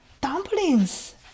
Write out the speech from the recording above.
dumplings